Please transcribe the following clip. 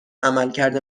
عملکرد